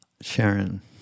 Sharon